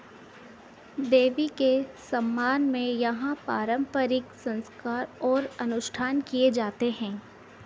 देवी के सम्मान में यहाँ पारंपरिक संस्कार और अनुष्ठान किए जाते हैं